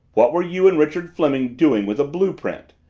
what were you and richard fleming doing with a blue-print?